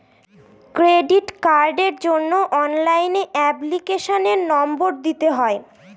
credit কার্ডের জন্য অনলাইনে এপ্লিকেশনের নম্বর দিতে হয়